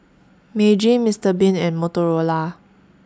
Meiji Mister Bean and Motorola